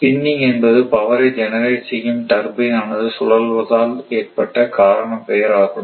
spinning என்பது பவரை generate செய்யும் டர்பைன் ஆனது சுழல்வதால் ஏற்பட்ட காரணப் பெயர் ஆகும்